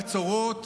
בצורות,